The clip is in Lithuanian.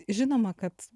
žinoma kad